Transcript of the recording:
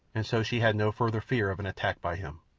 and so she had no further fear of an attack by him.